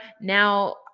Now